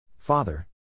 Father